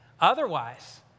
Otherwise